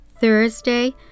Thursday